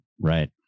right